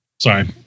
Sorry